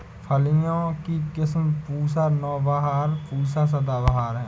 फलियों की किस्म पूसा नौबहार, पूसा सदाबहार है